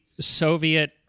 Soviet